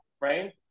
right